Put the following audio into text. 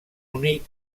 únic